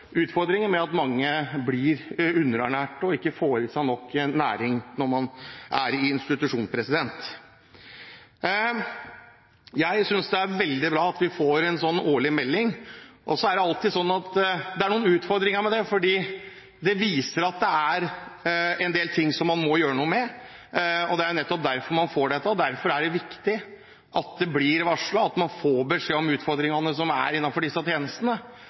med at mange blir underernært og ikke får i seg nok næring når man er i institusjon. Jeg synes det er veldig bra at vi får en sånn årlig melding. Så er det alltid sånn at det er noen utfordringer med det, for det viser at det er en del ting som man må gjøre noe med. Det er nettopp derfor man får dette, og derfor er det viktig at det blir varslet, at man får beskjed om utfordringene som er innenfor disse tjenestene.